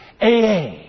AA